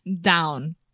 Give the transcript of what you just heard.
Down